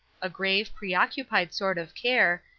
a grave, preoccupied sort of care,